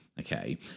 Okay